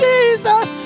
Jesus